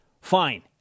Fine